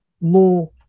more